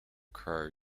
crow